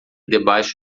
debaixo